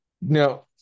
now